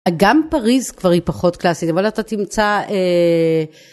גם פריז כבר היא פחות קלאסית, אבל אתה תמצא...